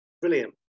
brilliant